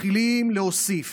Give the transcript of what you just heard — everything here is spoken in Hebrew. מתחילים להוסיף